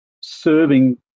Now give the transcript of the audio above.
serving